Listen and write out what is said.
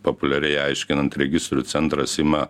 populiariai aiškinant registrų centras ima